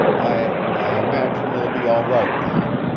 i. i imagine you'll be all right now.